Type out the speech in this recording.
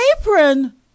apron